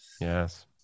Yes